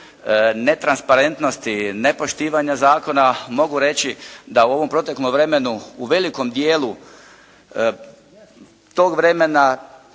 netransparentnosti, ne poštivanja zakona mogu reći da u ovom proteklom vremenu u velikom dijelu tog vremena